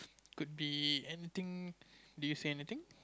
could be anything do you see anything